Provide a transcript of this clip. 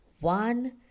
One